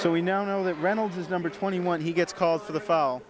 so we now know that reynolds is number twenty one he gets calls for the f